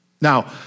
Now